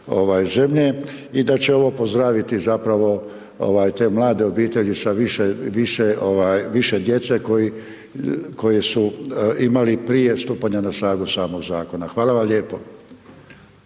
i da će ovo pozdraviti zapravo te mlade obitelji sa više, više, više djece koje su imali prije stupanju na snagu samoga zakona. Hvala vam lijepo.